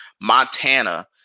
Montana